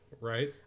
right